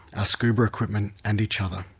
ah scuba equipment and each other.